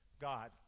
God